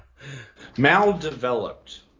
Maldeveloped